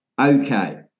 Okay